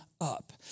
up